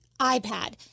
iPad